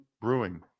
Brewing